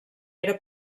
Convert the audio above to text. era